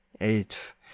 eighth